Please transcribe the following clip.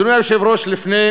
אדוני היושב-ראש, לפני